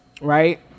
right